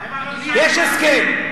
עכשיו, יש הסכם.